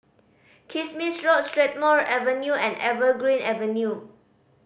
Kismis Road Strathmore Avenue and Evergreen Avenue